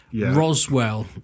Roswell